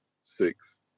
six